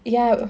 ya b~